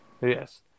Yes